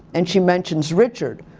and she mentions richard,